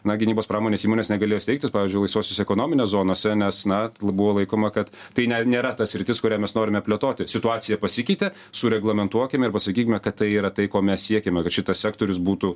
na gynybos pramonės įmonės negalėjo steigtis pavyzdžiui laisvosios ekonominės zonose nes nat buvo laikoma kad tai ne nėra ta sritis kurią mes norime plėtoti situacija pasikeitė sureglamentuokime ir pasakykime kad tai yra tai ko mes siekiame kad šitas sektorius būtų